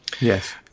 Yes